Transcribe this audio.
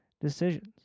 decisions